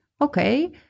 Okay